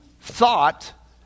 thought